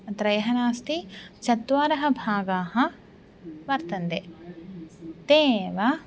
त्रयः नास्ति चत्वारः भागाः वर्तन्ते ते एव